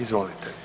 Izvolite.